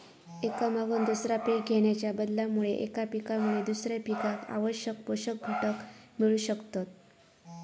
एका मागून दुसरा पीक घेणाच्या बदलामुळे एका पिकामुळे दुसऱ्या पिकाक आवश्यक पोषक घटक मिळू शकतत